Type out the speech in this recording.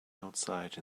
outside